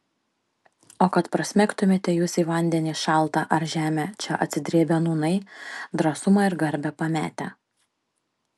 o kad prasmegtumėte jūs į vandenį šaltą ar žemę čia atsidrėbę nūnai drąsumą ir garbę pametę